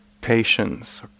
patience